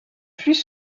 plus